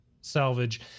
salvage